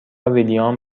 ویلیام